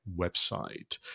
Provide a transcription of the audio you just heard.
website